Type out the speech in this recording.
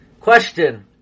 question